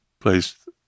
placed